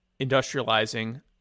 industrializing